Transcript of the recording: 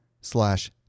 slash